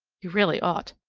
you really ought.